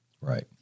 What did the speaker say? Right